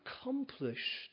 accomplished